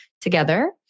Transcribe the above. together